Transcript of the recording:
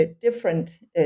different